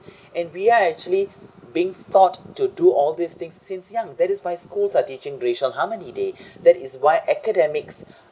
and we're actually being taught to do all these things since young that is by schools are teaching racial harmony day that is why academics